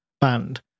band